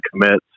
commits